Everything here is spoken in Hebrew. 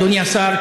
אדוני השר,